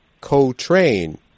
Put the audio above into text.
co-train